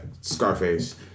Scarface